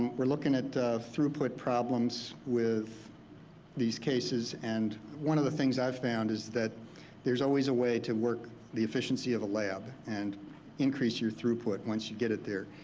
um we're looking at throughput problems with these cases, and one of the things i've found is that there's always a way to work the efficiency of a lab and increase your throughput once you get it there.